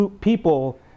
people